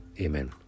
Amen